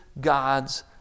God's